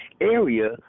area